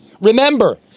Remember